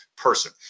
person